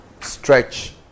stretch